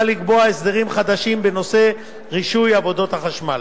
לקבוע הסדרים חדשים בנושא רישוי עבודות החשמל.